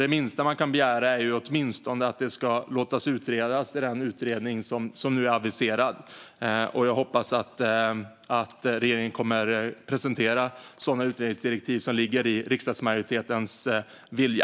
Det minsta man kan begära är därför att regeringen låter utreda detta i den utredning som nu är aviserad. Jag hoppas att regeringen kommer att presentera sådana utredningsdirektiv enligt riksdagsmajoritetens vilja.